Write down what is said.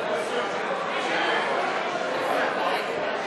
לתיקון פקודת